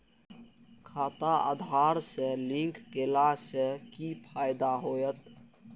खाता आधार से लिंक केला से कि फायदा होयत?